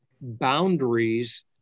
boundaries